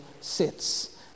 sits